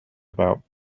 about